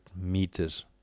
meters